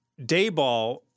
Dayball